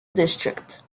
district